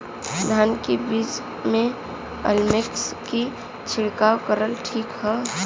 धान के बिज में अलमिक्स क छिड़काव करल ठीक ह?